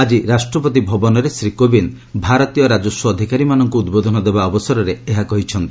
ଆକି ରାଷ୍ଟ୍ରପତି ଭବନରେ ଶ୍ରୀ କୋବିନ୍ଦ ଭାରତୀୟ ରାଜସ୍ୱ ଅଧିକାରୀମାନଙ୍କୁ ଉଦ୍ବୋଧନ ଦେବା ଅବସରରେ ଏହା କହିଛନ୍ତି